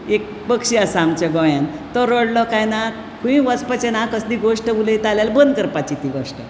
एक पक्षी आसा आमच्या गोंयांत तो रडलो काय ना खंयूय वचपाचें ना आं कसलीय गोश्ट उलयता जाल्यार बंद करपाची ती गोश्ट